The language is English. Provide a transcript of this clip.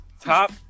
top